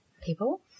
people